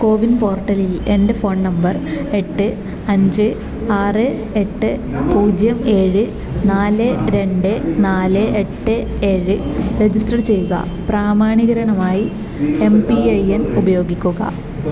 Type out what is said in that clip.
കോവിൻ പോർട്ടലിൽ എൻ്റെ phone number എട്ട് അഞ്ച് ആറ് എട്ട് പൂജ്യം ഏഴ് നാല് രണ്ട് നാല് എട്ട് ഏഴ് രജിസ്റ്റർ ചെയ്യുക പ്രാമാണീകരണമായി എം പി ഐ എൻ ഉപയോഗിക്കുക